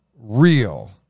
real